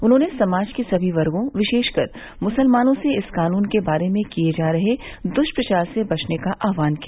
उन्होंने समाज के सभी वर्गो विशेषकर मुसलमानों से इस कानून के बारे में किये जा रहे दुष्प्रचार से बचने का आहवान किया